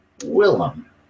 Willem